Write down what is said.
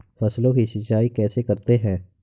फसलों की सिंचाई कैसे करते हैं?